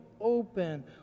open